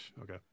okay